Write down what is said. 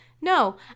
No